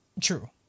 True